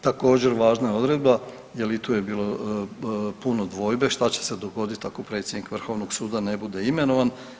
Također važna odredba jer i tu je bilo puno dvojbe šta će se dogoditi ako predsjednik Vrhovnog suda ne bude imenovan.